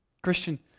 Christian